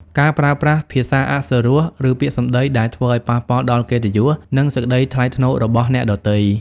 ការប្រើប្រាស់ភាសាអសុរោះ ឬពាក្យសម្ដីដែលធ្វើឲ្យប៉ះពាល់ដល់កិត្តិយស និងសេចក្ដីថ្លៃថ្នូររបស់អ្នកដទៃ។